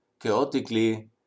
chaotically